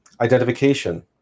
identification